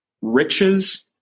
riches